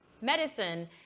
medicine